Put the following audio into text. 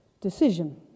decision